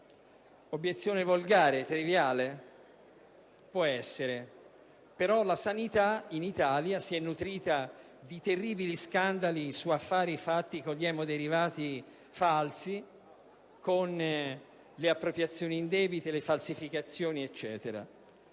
Obiezione volgare, triviale? Può essere, però la sanità in Italia si è nutrita di terribili scandali su affari fatti con gli emoderivati falsi, con appropriazioni indebite e falsificazioni.